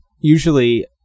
usually